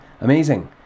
Amazing